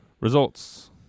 Results